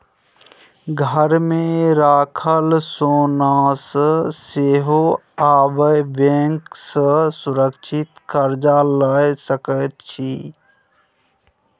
घरमे राखल सोनासँ सेहो अहाँ बैंक सँ सुरक्षित कर्जा लए सकैत छी